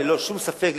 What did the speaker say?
ללא שום ספק,